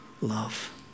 love